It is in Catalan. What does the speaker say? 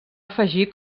afegir